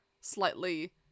slightly